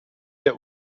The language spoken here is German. der